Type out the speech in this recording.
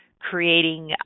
creating